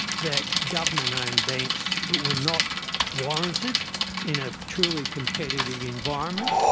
that government-owned banks were not warranted in a truly competitive environment,